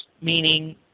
meaning